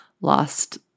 lost